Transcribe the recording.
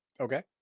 Okay